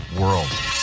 world